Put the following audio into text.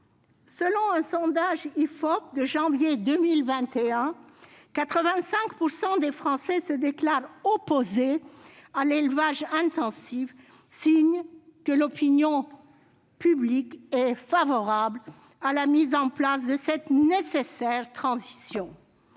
Selon un sondage réalisé par l'IFOP en janvier 2021, quelque 85 % des Français se déclarent opposés à l'élevage intensif, signe que l'opinion publique est favorable à la mise en place de cette nécessaire transition.